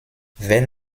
wenn